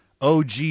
OG